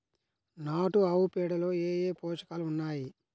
నాటు ఆవుపేడలో ఏ ఏ పోషకాలు ఉన్నాయి?